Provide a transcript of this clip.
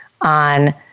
on